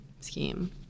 scheme